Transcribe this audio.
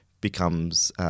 becomes